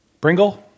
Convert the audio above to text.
Bringle